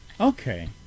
Okay